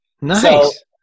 Nice